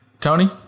Tony